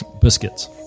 Biscuits